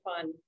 fun